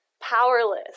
powerless